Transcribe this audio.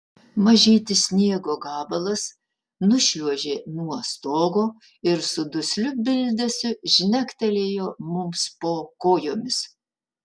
mažytis sniego gabalas nušliuožė nuo stogo ir su dusliu bildesiu žnektelėjo mums po kojomis